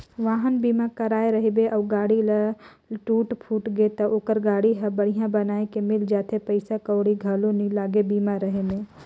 वाहन बीमा कराए रहिबे अउ गाड़ी ल टूट फूट गे त ओखर गाड़ी हर बड़िहा बनाये के मिल जाथे पइसा कउड़ी घलो नइ लागे बीमा रहें में